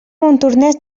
montornès